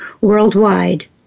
worldwide